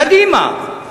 קדימה,